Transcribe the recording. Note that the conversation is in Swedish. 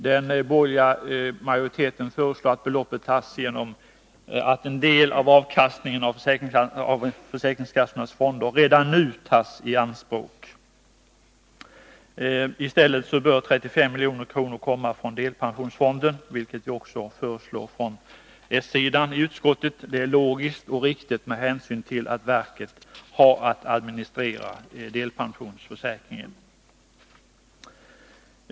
Den borgerliga majoriteten föreslår att beloppet tas genom att en del av avkastningen av försäkringskassornas fonder redan nu tas i anspråk. I stället bör 35 milj.kr. komma från delpensionsfonden, vilket vi också föreslår från den socialdemokratiska sidan i utskottet. Det är logiskt och riktigt med hänsyn till att verket har att administrera delpensionsförsäkringen.